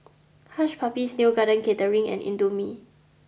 Hush Puppies Neo Garden Catering and Indomie